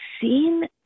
seen